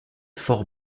fort